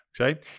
Okay